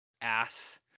ass